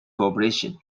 cooperation